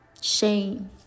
shame